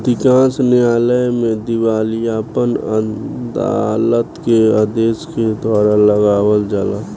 अधिकांश न्यायालय में दिवालियापन अदालत के आदेश के द्वारा लगावल जाला